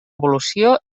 evolució